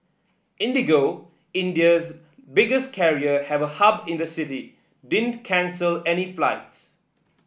IndiGo India's biggest carrier have a hub in the city didn't cancel any flights